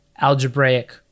algebraic